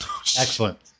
Excellent